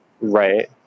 Right